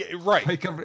Right